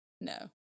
No